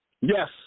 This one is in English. Yes